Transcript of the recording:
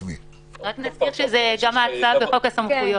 נזכיר שזה גם ההצעה בחוק הסמכויות,